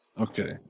okay